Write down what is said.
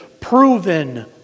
proven